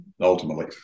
ultimately